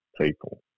people